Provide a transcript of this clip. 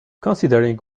considering